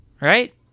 right